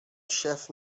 chef